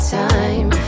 time